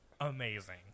amazing